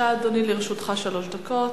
בבקשה, אדוני, לרשותך שלוש דקות.